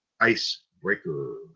Icebreaker